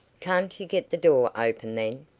can't you get the door open, then?